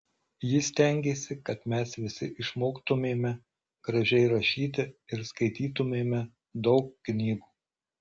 ji stengėsi kad mes visi išmoktumėme gražiai rašyti ir skaitytumėme daug knygų